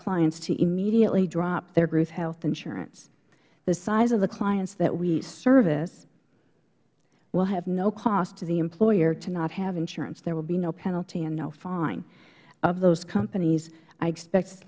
clients to immediately drop their group health insurance the size of the clients that we service will have no cost to the employer to not have insurance there will be no insurance and no fine of those companies i expect